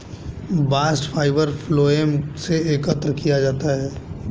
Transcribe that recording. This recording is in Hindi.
बास्ट फाइबर फ्लोएम से एकत्र किया जाता है